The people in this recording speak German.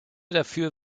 dafür